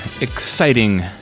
exciting